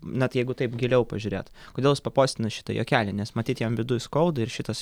net jeigu taip giliau pažiūrėt kodėl jis papostino šitą juokelį nes matyt jam viduj skauda ir šitas